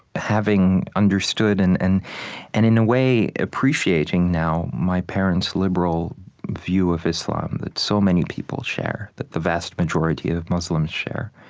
having understood and and and in a way appreciating, now, my parents' liberal view of islam that so many people share, that the vast majority of muslims share.